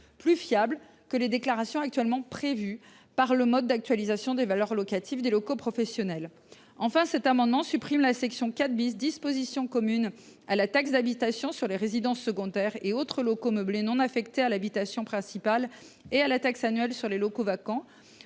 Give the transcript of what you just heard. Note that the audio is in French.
plus fiable que les déclarations actuellement prévues par le mode d’actualisation des valeurs locatives des locaux professionnels. Enfin, cet amendement tend à supprimer la section IV, « Dispositions communes à la taxe d’habitation sur les résidences secondaires et autres locaux meublés non affectés à l’habitation principale et à la taxe annuelle sur les locaux vacants